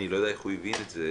אני לא יודע איך הוא הבין את זה,